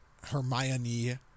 Hermione